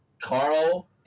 Carl